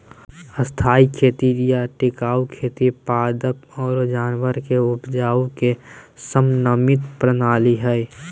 स्थायी खेती या टिकाऊ खेती पादप आरो जानवर के उपजावे के समन्वित प्रणाली हय